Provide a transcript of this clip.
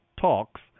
talks